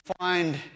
find